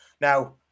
Now